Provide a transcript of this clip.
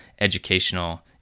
educational